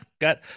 got